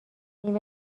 نیمه